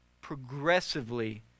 progressively